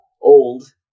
old